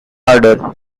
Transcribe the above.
harder